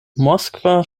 moskva